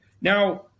now